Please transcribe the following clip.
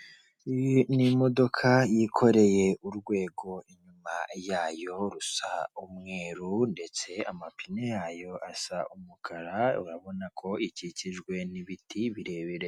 Abantu bari mu ihema bicaye bari mu nama, na none hari abandi bahagaze iruhande rw'ihema bari kumwe n'abashinzwe umutekano mo hagati hari umugabo uri kuvuga